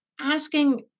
Asking